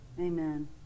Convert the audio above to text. Amen